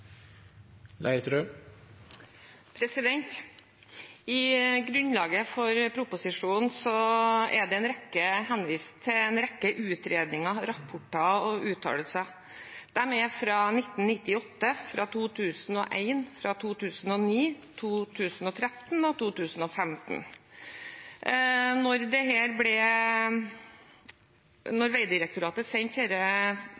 replikkordskifte. I grunnlaget for proposisjonen er det henvist til en rekke utredninger, rapporter og uttalelser. De er fra 1998, 2001, 2009, 2013 og 2015. Da Vegdirektoratet sendte dette forslaget ut på høring, var det